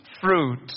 fruit